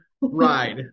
ride